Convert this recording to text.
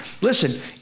Listen